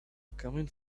coming